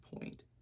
point